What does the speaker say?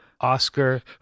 Oscar